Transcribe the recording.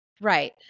Right